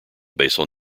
basal